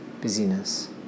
busyness